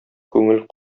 күңел